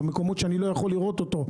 במקומות שאני לא יכול לראות אותו,